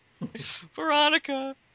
Veronica